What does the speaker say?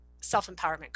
self-empowerment